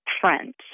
friends